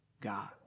God